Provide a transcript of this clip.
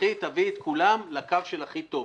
תביאי את כולם לקו של הכי טוב.